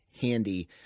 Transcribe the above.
handy